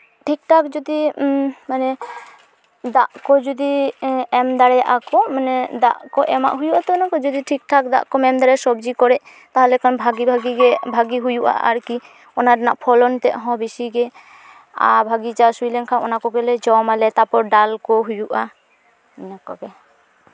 ᱴᱷᱤᱠ ᱴᱷᱟᱠ ᱡᱩᱫᱤ ᱢᱟᱱᱮ ᱫᱟᱜ ᱡᱩᱫᱤ ᱮᱢ ᱫᱟᱲᱮᱭᱟᱜᱼᱟ ᱠᱚ ᱢᱟᱱᱮ ᱫᱟᱜ ᱠᱚ ᱮᱢᱟᱜ ᱦᱩᱭᱩᱜ ᱟᱛᱚ ᱚᱱᱟᱠᱚ ᱡᱩᱫᱤ ᱴᱷᱤᱠ ᱴᱷᱟᱠ ᱫᱟᱜ ᱠᱚᱢ ᱮᱢ ᱫᱟᱲᱮᱭᱟᱜᱼᱟ ᱥᱚᱵᱽᱡᱤ ᱠᱚᱨᱮᱜ ᱛᱟᱦᱚᱞᱮ ᱠᱷᱟᱱ ᱵᱷᱟᱜᱮ ᱵᱷᱟᱜᱮ ᱜᱮ ᱦᱩᱭᱩᱜᱼᱟ ᱟᱨᱠᱤ ᱚᱱᱟ ᱨᱮᱱᱟᱜ ᱯᱷᱚᱞᱚᱱ ᱛᱮᱜ ᱦᱚᱸ ᱵᱮᱥᱤᱜᱮ ᱟᱨ ᱵᱷᱟᱜᱮ ᱪᱟᱥ ᱦᱩᱭ ᱞᱮᱱᱠᱷᱟᱱ ᱚᱱᱟ ᱠᱚᱜᱮᱞᱮ ᱡᱚᱢ ᱟᱞᱮ ᱛᱟᱨᱯᱚᱨ ᱰᱟᱞ ᱠᱚ ᱦᱩᱭᱩᱜᱼᱟ ᱚᱱᱟ ᱠᱚᱜᱮ